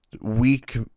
weak